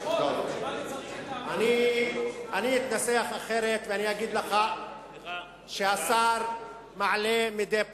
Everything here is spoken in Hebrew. אני אתנסח אחרת, ואני אגיד לך שהשר מעלה מדי פעם,